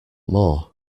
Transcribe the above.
more